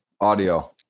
audio